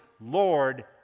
Lord